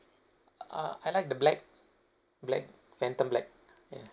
uh I like the black black phantom black yeah